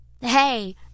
Hey